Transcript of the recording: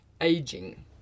aging